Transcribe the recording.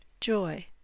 Joy